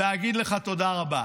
ואגיד לך תודה רבה.